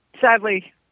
Sadly